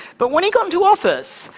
but when he got into office,